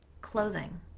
clothing